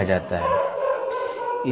कहा जाता है